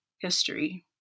history